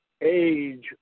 age